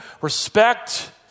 respect